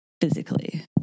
physically